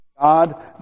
God